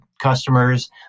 customers